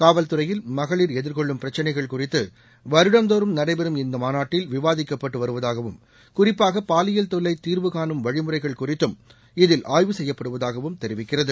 காவல்துறையில் மகளிர் எதிர்கொள்ளும் பிரச்சினைகள் குறித்து வருடந்தோறும் நடைபெறும் இந்தமாநாட்டில் விவாதிக்கப்பட்டு வருவதாகவும் குறிப்பாக பாலியல் தொல்லை தீர்வுகாணும் வழிமுறைகள் குறித்தும் இதில் ஆய்வு செய்யப்படுவதாகவும் அது தெரிவிக்கிறது